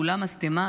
כולה משטמה,